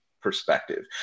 Perspective